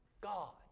God